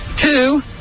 Two